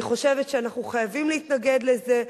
אני חושבת שאנחנו חייבים להתנגד לזה.